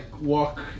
walk